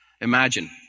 Imagine